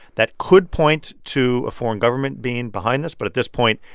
that could point to a foreign government being behind this. but at this point,